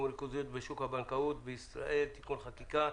הריכוזית בשוק הבנקאות בישראל (תיקוני חקיקה)